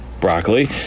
Broccoli